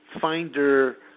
Finder